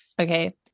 Okay